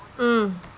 mm